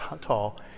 tall